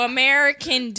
American